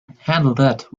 that